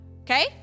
Okay